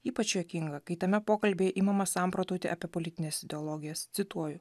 ypač juokinga kai tame pokalbyje imama samprotauti apie politines ideologijas cituoju